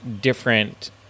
different